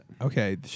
Okay